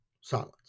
silence